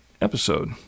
episode